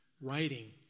writing